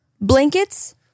Blankets